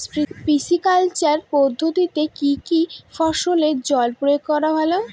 Sprinkler পদ্ধতিতে কি কী ফসলে জল প্রয়োগ করা ভালো?